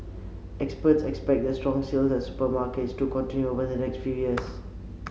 experts expect the strong sales at supermarkets to continue over the next few years